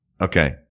Okay